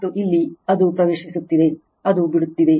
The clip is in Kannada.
ಮತ್ತು ಇಲ್ಲಿ ಅದು ಪ್ರವೇಶಿಸುತ್ತಿದೆ ಅದು ಬಿಡುತ್ತಿದೆ